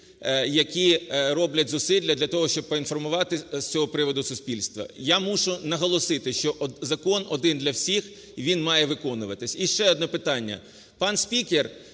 які роблять зусилля для того, щоб поінформувати з цього приводу суспільство. Я мушу наголосити, що закон один для всіх, він має виконуватися. І ще одне питання.